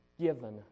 given